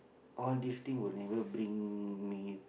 all these thing will never bring me